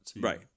Right